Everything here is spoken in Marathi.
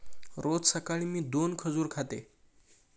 रोज सकाळी मी दोन खजूर खाते